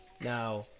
Now